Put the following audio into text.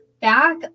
back